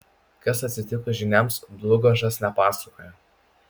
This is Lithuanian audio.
kas atsitiko žyniams dlugošas nepasakoja